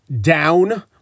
down